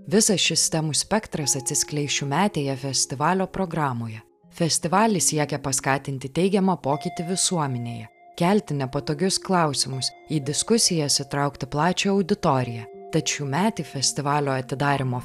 visas šis temų spektras atsiskleis šiųmetėje festivalio programoje festivalis siekia paskatinti teigiamą pokytį visuomenėje kelti nepatogius klausimus į diskusijas įtraukti plačią auditoriją tad šiųmetį festivalio atidarymo